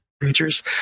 creatures